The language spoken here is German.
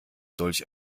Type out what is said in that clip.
solch